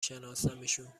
شناسمشون